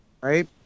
right